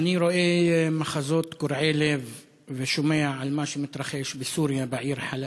אני רואה מחזות קורעי לב ושומע על מה שמתרחש בסוריה בעיר חאלב.